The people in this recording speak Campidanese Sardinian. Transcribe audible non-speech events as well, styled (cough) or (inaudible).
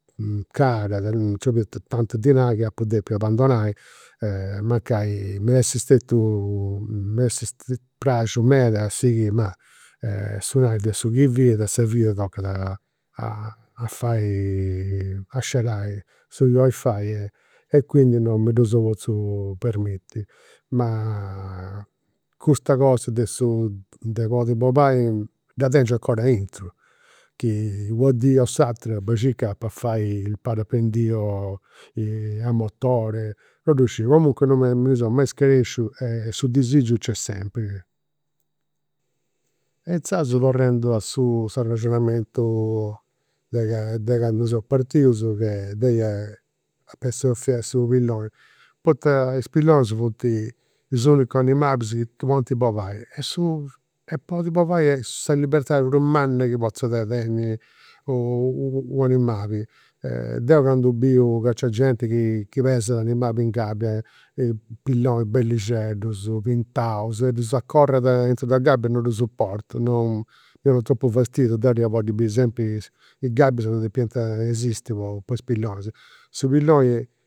Cara, nci 'oliat tanti dinai chi au depiu abandonai mancai mi at essi stetiu, mi at essi praxiu meda a sighì. Ma su dinai fiat su chi fiat, sa vida tocat a fai, a scerai su chi 'olis fai. E quindi non mi ddu seu potziu permittiri. Ma custa cosa de su, de podiri bolai dda tengiu 'ncora aintru. Chi una dì o s'atera, bai e circa, (unintelligible) fai su parapendio (hesitation) a motori, non ddu sciu. Comunque non me, non mi ndi seu mai scaresciu e su disigiu nc'est sempri. E inzaras torrendu a su s'arrexonamentu de de candu seus partius che deu ap'essi 'ofiu essi u' pilloni, poita is pillonis funt is unicus animalis chi podint bolai. E podiri bolai est sa libertadi prus manna chi potzat tenni u' (hesitation) u' animali. Deu candu biu ca nc'est genti chi (unintelligible) animalis in gabbia, pillonis bellixeddus, pintaus e ddus acorrant aintru de una gabbia non ddu suportu. Non, mi 'onat tropu fastidiu, deu ddus ia bolli biri sempri, i' gabbias non depiant esisti po is. (unintelligible) Su pilloni